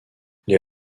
les